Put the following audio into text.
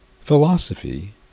philosophy